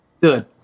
Good